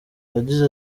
yagize